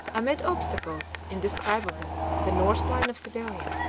amid obstacles indescribable the north line of siberia,